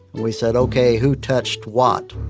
we said, okay, who touched what?